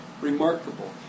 Remarkable